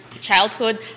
childhood